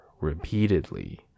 repeatedly